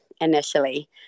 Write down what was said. initially